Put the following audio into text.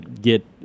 get